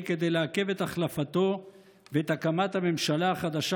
כדי לעכב את החלפתו ואת הקמת הממשלה החדשה,